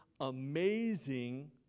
amazing